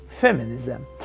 feminism